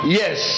yes